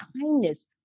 kindness